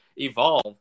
evolve